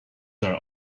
are